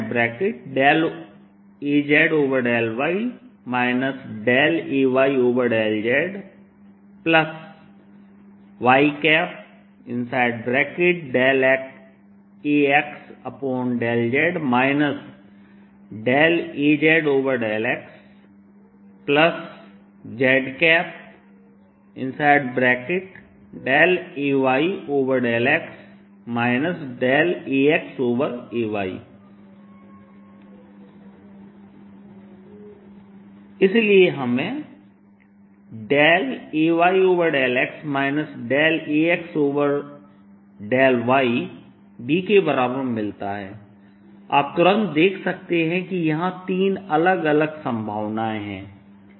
BBzxAz∂y Ay∂zyAx∂z Az∂xzAy∂x Ax∂y इसलिए हमें Ay∂x Ax∂y B के बराबर मिलता है आप तुरंत देख सकते हैं कि यहां तीन अलग अलग संभावनाएं है